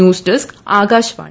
news desk Akashvani